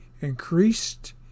increased